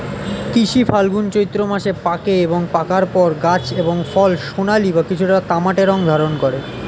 তিসি ফাল্গুন চৈত্র মাসে পাকে এবং পাকার পর গাছ এবং ফল সোনালী বা কিছুটা তামাটে রং ধারণ করে